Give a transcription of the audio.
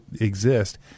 exist